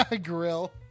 Grill